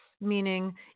Meaning